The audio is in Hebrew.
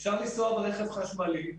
יראו שאפשר ליסוע ברכב חשמלי,